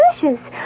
delicious